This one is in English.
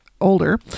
older